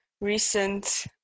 recent